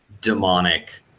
demonic